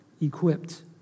equipped